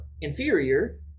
inferior